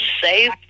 save